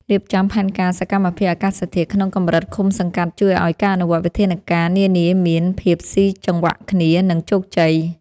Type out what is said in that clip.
រៀបចំផែនការសកម្មភាពអាកាសធាតុក្នុងកម្រិតឃុំសង្កាត់ជួយឱ្យការអនុវត្តវិធានការនានាមានភាពស៊ីចង្វាក់គ្នា និង ជោគជ័យ។